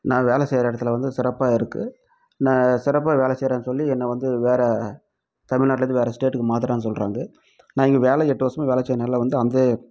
நான் வேலை செய்கிற இடத்துல வந்து சிறப்பாக இருக்குது நான் சிறப்பாக வேலை செய்கிறேன்னு சொல்லி என்னை வந்து வேற தமிழ்நாட்டுலேருந்து வேற ஸ்டேட்டுக்கு மாத்துகிறேன்னு சொல்கிறாங்க நான் இங்கே வேலை எட்டு வருஷமாக வேலை செய்கிறனால வந்து அந்த